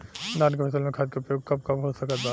धान के फसल में खाद के उपयोग कब कब हो सकत बा?